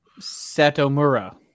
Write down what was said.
Satomura